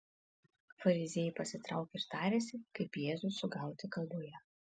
fariziejai pasitraukė ir tarėsi kaip jėzų sugauti kalboje